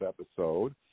episode